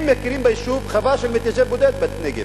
אם מכירים כיישוב בחווה של מתיישב בודד בנגב,